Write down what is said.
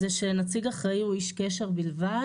זה שנציג אחראי הוא איש קשר בלבד.